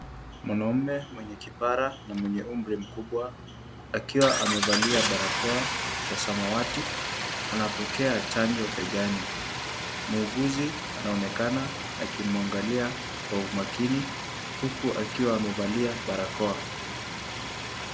Mwanaume mwenye kipara na mwenye umri mkubwa, akiwa amevalia barakoa ya samawati anapokea chanjo begani. Muuguzi anaonekana akimuangalia kwa umakini, huku akiwa amevalia barakoa.